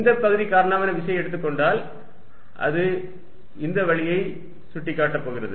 இந்த பகுதி காரணமான விசையை எடுத்துக் கொண்டால் அது இந்த வழியை சுட்டிக் காட்டப் போகிறது